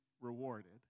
rewarded